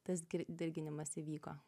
tas dirginimas įvyko